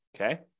okay